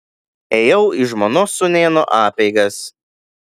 ėjau į žmonos sūnėno apeigas